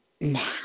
now